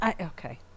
okay